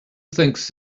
thinks